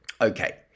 Okay